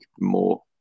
more